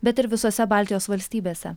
bet ir visose baltijos valstybėse